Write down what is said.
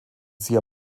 sie